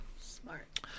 Smart